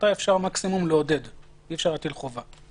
אותה אפשר מקסימום לעודד, אי אפשר להטיל חובה.